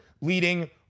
leading